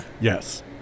yes